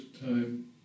time